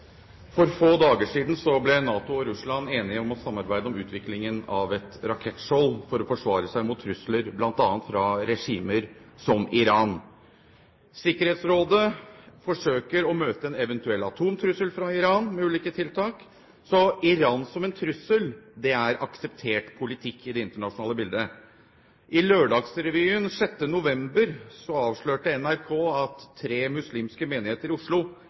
rakettskjold for å forsvare seg mot trusler, bl.a. fra regimer som Iran. Sikkerhetsrådet forsøker å møte en eventuell atomtrussel fra Iran med ulike tiltak, så Iran som en trussel er akseptert politikk i det internasjonale bildet. I Lørdagsrevyen den 6. november avslørte NRK at tre muslimske menigheter i Oslo